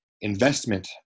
investment